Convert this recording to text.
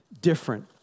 different